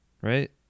right